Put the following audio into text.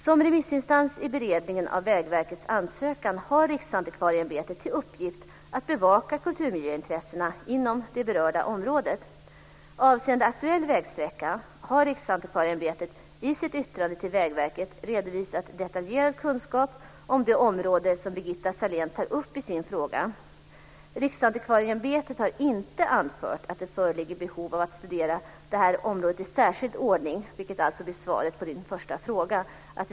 Som remissinstans i beredningen av Vägverkets ansökan har Riksantikvarieämbetet till uppgift att bevaka kulturmiljöintressena inom det berörda området. Avseende aktuell vägsträcka har Riksantikvarieämbetet i sitt yttrande till Vägverket redovisat detaljerad kunskap om det område som Birgitta Sellén tar upp i sin fråga. Riksantikvarieämbetet har inte anfört att det föreligger behov av att studera detta område i särskild ordning, vilket alltså blir svaret på Birgitta Selléns första fråga.